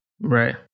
Right